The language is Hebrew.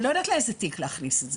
אני לא יודעת לאיזה תיק להכניס את זה.